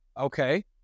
Okay